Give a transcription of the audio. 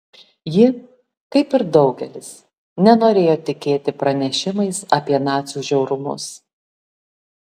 ji kaip ir daugelis nenorėjo tikėti pranešimais apie nacių žiaurumus